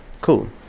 cool